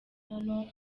hano